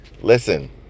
Listen